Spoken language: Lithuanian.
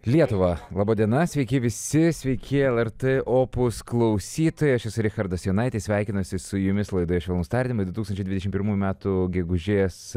lietuva laba diena sveiki visi sveiki lrt opus klausytojai aš esu richardas jonaitis sveikinuosi su jumis laidoje švelnūs tardymai du tūkstančiai dvidešimt pirmų metų gegužės